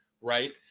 right